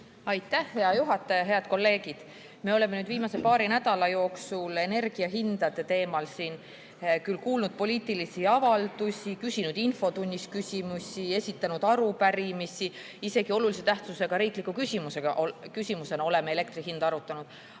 Aitäh, hea juhataja! Head kolleegid! Me oleme nüüd viimase paari nädala jooksul energiahindade teemal küll kuulnud siin poliitilisi avaldusi, küsinud infotunnis küsimusi, esitanud arupärimisi, isegi olulise tähtsusega riikliku küsimusena oleme elektrihinda arutanud,